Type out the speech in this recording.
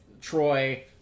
Troy